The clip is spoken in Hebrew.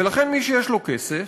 ולכן, מי שיש לו כסף